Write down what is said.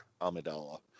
Amidala